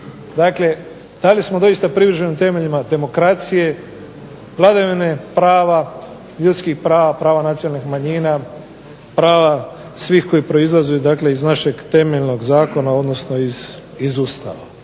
države, da li smo doista privrženima temeljima demokracije, vladavine prava, ljudskih prava, prava nacionalnih manjina, prava svih koji proizlaze iz našeg temeljnog zakona odnosno iz Ustava.